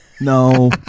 No